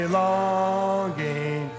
longing